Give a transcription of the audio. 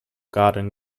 garden